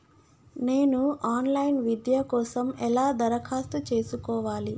నేను online విద్య కోసం ఎలా దరఖాస్తు చేసుకోవాలి?